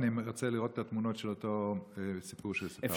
אני רוצה לראות את התמונות של אותו סיפור שסיפרת.